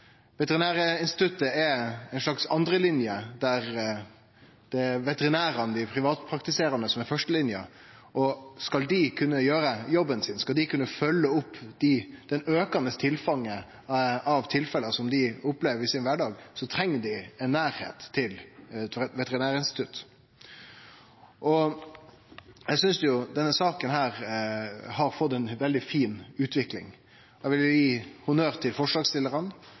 dei privatpraktiserande veterinærane er førstelinja. Skal dei kunne gjere jobben sin, skal dei kunne følgje opp det aukande tilfanget av tilfelle dei opplever i kvardagen, treng dei nærleik til Veterinærinstituttet. Eg synest denne saka har fått ei veldig fin utvikling. Eg vil gi honnør til forslagsstillarane